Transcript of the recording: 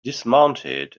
dismounted